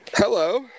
Hello